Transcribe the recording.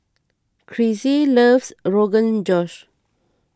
Crissie loves Rogan Josh